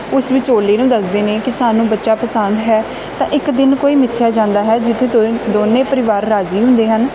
ਉਸ ਵਿਚੋਲੇ ਨੂੰ ਦੱਸਦੇ ਨੇ ਕਿ ਸਾਨੂੰ ਬੱਚਾ ਪਸੰਦ ਹੈ ਤਾਂ ਇੱਕ ਦਿਨ ਕੋਈ ਮਿੱਥਿਆ ਜਾਂਦਾ ਹੈ ਜਿੱਥੇ ਦੋਨੇ ਪਰਿਵਾਰ ਰਾਜ਼ੀ ਹੁੰਦੇ ਹਨ